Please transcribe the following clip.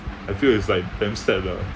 I feel is like damn sad lah